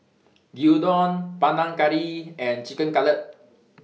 Gyudon Panang Curry and Chicken Cutlet